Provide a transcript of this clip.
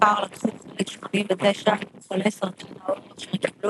במחקר לקחו חלק 89 חולי סרטן העור אשר קיבלו